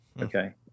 okay